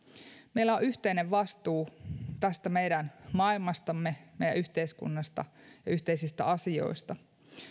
meillä on yhteinen vastuu meidän maailmastamme meidän yhteiskunnastamme ja yhteisistä asioistamme